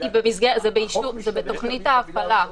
זה באישור, זה בתוכנית ההפעלה.